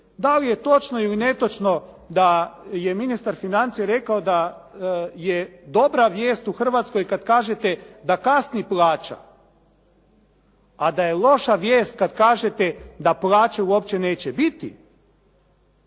da li je točno ili netočno da je ministar financija rekao da je dobra vijest u Hrvatskoj kada kažete da kasni plaća, a da je loša vijest kada kažete da plaća uopće neće biti.